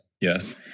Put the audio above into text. yes